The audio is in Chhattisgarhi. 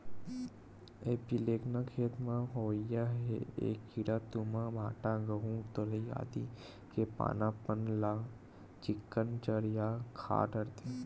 एपीलेकना खेत म होवइया ऐ कीरा तुमा, भांटा, गहूँ, तरोई आदि के पाना मन ल चिक्कन चर या खा डरथे